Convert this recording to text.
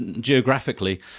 geographically